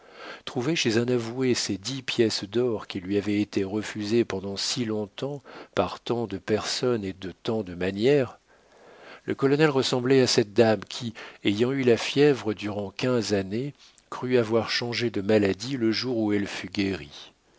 chez un avoué ces dix pièces d'or qui lui avaient été refusées pendant si long-temps par tant de personnes et de tant de manières le colonel ressemblait à cette dame qui ayant eu la fièvre durant quinze années crut avoir changé de maladie le jour où elle fut guérie